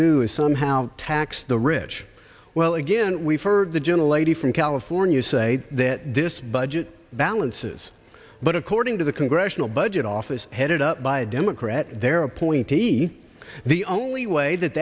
do is somehow tax the rich well again we've heard the gentle lady from california say that this budget balances but according to the congressional budget office headed up by a democrat their appointee the only way that